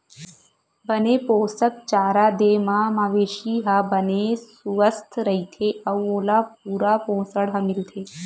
बने पोसक चारा दे म मवेशी ह बने सुवस्थ रहिथे अउ ओला पूरा पोसण ह मिलथे